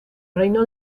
reino